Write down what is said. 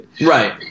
Right